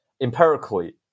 empirically